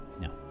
No